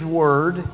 word